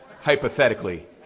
hypothetically